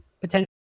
potentially